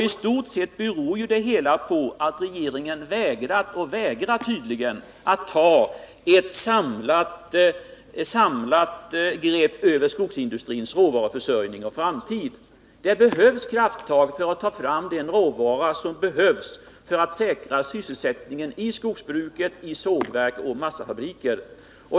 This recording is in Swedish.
I stort sett beror det hela på att regeringen vägrat och tydligen fortfarande vägrar att ta ett samlat grepp över skogsindustrins råvaruförsörjning och framtid. Det behövs krafttag för att ta fram den råvara som krävs för att säkra sysselsättningen i skogsbruket, i sågverk och i massafabriker.